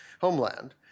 homeland